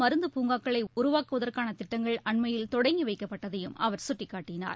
மருந்து பூங்காக்களை உருவாக்குவதற்கான திட்டங்கள் அண்மையில் தொடங்கி ஏழு வைக்கப்பட்டதையும் அவர் சுட்டிக்காட்டினார்